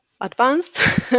advanced